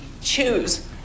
Choose